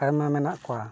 ᱟᱭᱢᱟ ᱢᱮᱱᱟᱜ ᱠᱚᱣᱟ